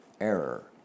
error